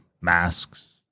masks